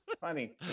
Funny